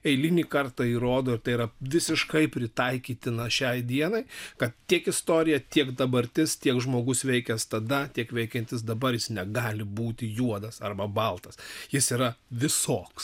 eilinį kartą įrodo tai yra visiškai pritaikytina šiai dienai kad tiek istorija tiek dabartis tiek žmogus veikęs tada tiek veikiantis dabar jis negali būti juodas arba baltas jis yra visoks